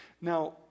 Now